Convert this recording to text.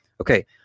Okay